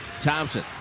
Thompson